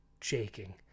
shaking